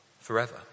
forever